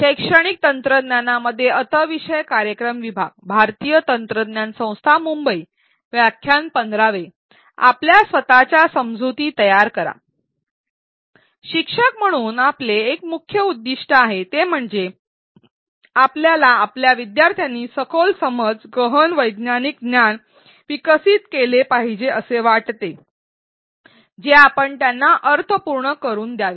शिक्षक म्हणून आपले एक मुख्य उद्दीष्ट आहे ते म्हणजे आपल्याला आपल्या विद्यार्थ्यांनी सखोल समज गहन वैचारिक ज्ञान विकसित केले पाहिजे आपण त्यांना अर्थपूर्ण बनवू द्यावे